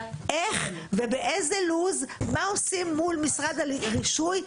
מה עושים מול משרד הרישוי?